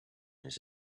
his